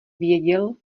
věděl